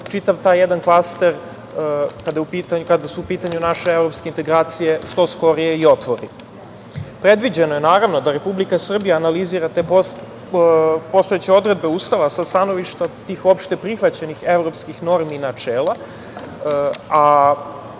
čitava taj jedan klaster, kada su u pitanju naše evropske integracije što skorije i otvori. Predviđeno je naravno, da Republika Srbija analizira te postojeće odredbe Ustava sa stanovišta tih opšte prihvaćenih evropskih normi i načela, a